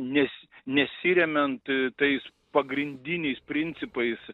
nes nesiremiant tais pagrindiniais principais